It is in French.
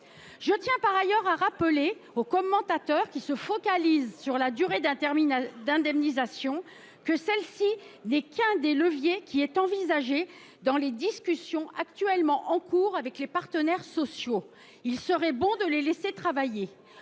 Je tiens par ailleurs à rappeler aux commentateurs qui se focalisent sur la durée d’indemnisation que celle ci n’est que l’un des leviers envisagés dans les discussions en cours avec les partenaires sociaux. Il serait bon de laisser ceux ci travailler…